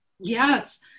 Yes